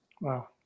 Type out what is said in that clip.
Wow